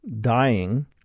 dying